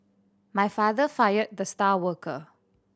my father fired the star worker